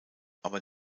aber